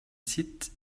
sitz